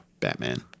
Batman